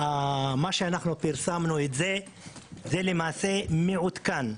שמה שפרסמנו זה זה למעשה מעודכן,